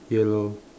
yellow